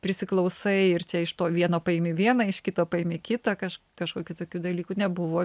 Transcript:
prisiklausai ir čia iš to vieno paimi vieną iš kito paimi kitą kaž kažkokių tokių dalykų nebuvo